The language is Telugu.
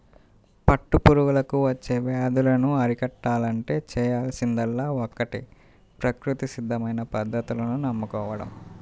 పట్టు పురుగులకు వచ్చే వ్యాధులను అరికట్టాలంటే చేయాల్సిందల్లా ఒక్కటే ప్రకృతి సిద్ధమైన పద్ధతులను నమ్ముకోడం